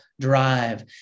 drive